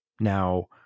Now